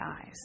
eyes